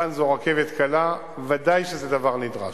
כאן זו רכבת קלה, בוודאי שזה דבר נדרש.